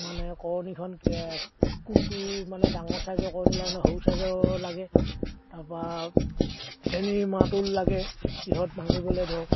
মানে কৰণীখন কে কোনটো মানে ডাঙৰ চাইজৰ কৰণী লাগেনে সৰু চাইজৰ লাগে তাৰপৰা চেনি মাটোল লাগে কিহত ভাঙিবলৈ ধৰক